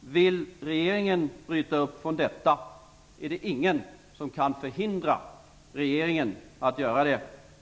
Vill regeringen bryta upp från detta, är det ingen som kan förhindra regeringen att göra det.